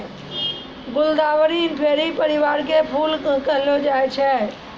गुलदावरी इंफेरी परिवार के फूल कहलावै छै